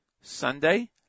Sunday